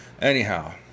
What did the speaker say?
anyhow